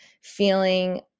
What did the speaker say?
feeling